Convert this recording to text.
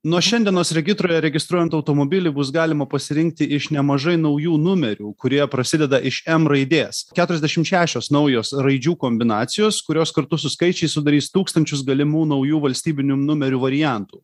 nuo šiandienos regitroje registruojant automobilį bus galima pasirinkti iš nemažai naujų numerių kurie prasideda iš m raidės keturiasdešimt šešios naujos raidžių kombinacijos kurios kartu su skaičiais sudarys tūkstančius galimų naujų valstybinių numerių variantų